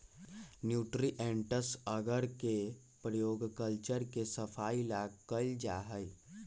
nutrients अगर के प्रयोग कल्चर के सफाई ला कइल जाहई